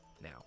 now